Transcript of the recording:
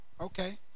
Okay